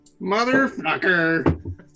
motherfucker